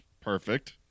perfect